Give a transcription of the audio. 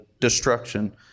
destruction